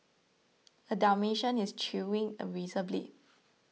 a dalmatian is chewing a razor blade